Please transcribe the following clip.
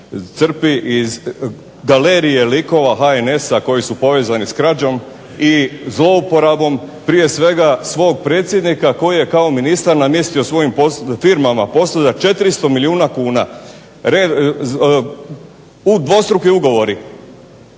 crpi iz galerije likova HNS-a koji su povezani s krađom i zlouporabom prije svega svog predsjednika koji je kao ministar namjestio svojim firmama posao za 400 milijuna kuna, dvostruki ugovori,